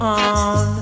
on